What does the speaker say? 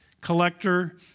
collector